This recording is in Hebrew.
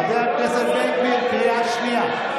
חבר הכנסת בן גביר, קריאה שנייה.